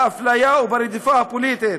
באפליה וברדיפה הפוליטית.